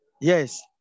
Yes